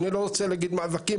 אני לא רוצה להגיד מאבקים,